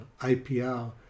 IPR